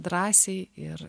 drąsiai ir